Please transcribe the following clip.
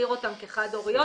ונגדיר אותן כחד הוריות